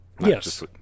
Yes